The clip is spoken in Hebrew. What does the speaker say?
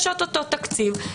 יש או-טו-טו תקציב.